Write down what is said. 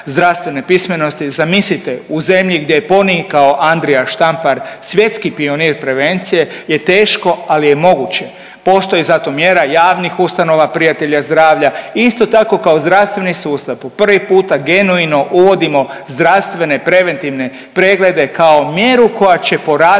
zdravstvene pismenosti zamislite u zemlji gdje je ponikao Andrija Štampar, svjetski pionir prevencije je teško, ali je moguće. Postoji zato mjera javnih ustanova prijatelja zdravlja isto tako kao zdravstveni sustav po prvi puta genoino uvodimo zdravstvene preventivne preglede kao mjeru koja će poraditi